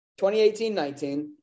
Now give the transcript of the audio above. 2018-19